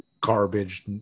garbage